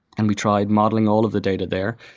and we tried modeling all of the data there.